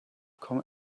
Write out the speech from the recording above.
come